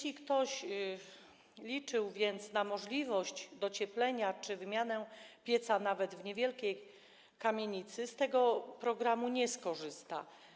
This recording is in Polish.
Ktoś, kto liczył na możliwość docieplenia czy wymianę pieca w nawet niewielkiej kamienicy, z tego programu nie skorzysta.